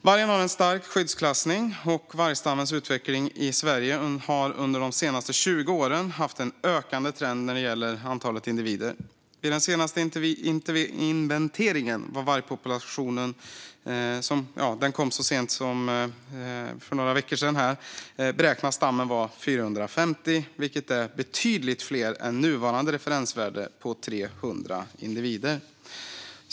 Vargen har en stark skyddsklassning, och vargstammens utveckling i Sverige har under de senaste 20 åren haft en ökande trend när det gäller antalet individer. Vid den senaste inventeringen, som gjordes så sent som för några veckor sedan, beräknades stammen bestå av 450 individer, vilket är betydligt fler än nuvarande referensvärde på 300 individer.